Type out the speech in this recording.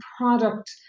product